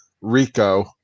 Rico